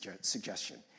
suggestion